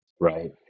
Right